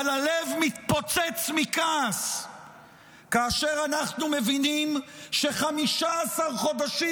אבל הלב מתפוצץ מכעס כאשר אנחנו מבינים ש-15 חודשים